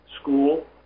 school